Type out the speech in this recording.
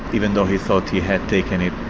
even though he thought he had taken it.